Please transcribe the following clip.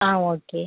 ஆ okay